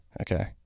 Okay